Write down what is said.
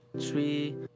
Three